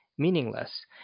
Meaningless